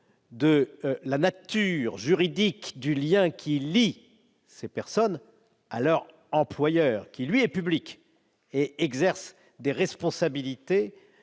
de la nature juridique du lien entre ces personnes et leur employeur, qui, lui, est public et exerce des responsabilités